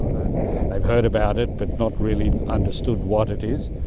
and they've heard about it but not really understood what it is.